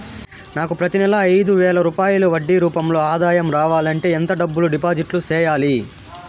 నాకు ప్రతి నెల ఐదు వేల రూపాయలు వడ్డీ రూపం లో ఆదాయం రావాలంటే ఎంత డబ్బులు డిపాజిట్లు సెయ్యాలి?